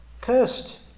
Cursed